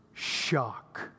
Shock